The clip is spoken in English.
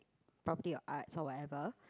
probably your arts or whatever